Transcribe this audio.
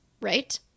right